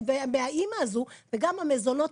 המזונות,